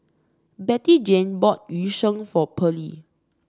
Bettyjane bought Yu Sheng for Pearly